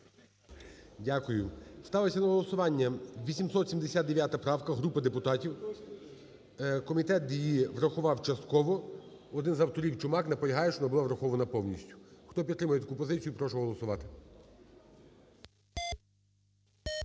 Дякую. Ставиться на голосування 879 правка групи депутатів. Комітет її врахував частково. Один з авторів – Чумак – наполягає, щоб вона була врахована повністю. Хто підтримує таку позицію, прошу голосувати.